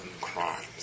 crimes